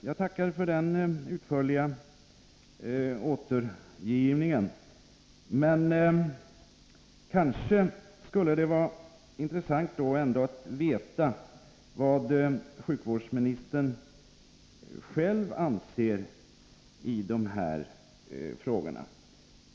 Jag tackar för den utförliga återgivningen, men det skulle kanske ändå vara intressant att veta vad sjukvårdsministern själv anser i dessa frågor.